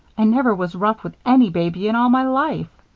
i never was rough with any baby in all my life!